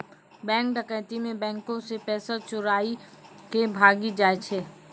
bank डकैती मे बैंको से पैसा चोराय के भागी जाय छै